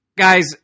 Guys